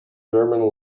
german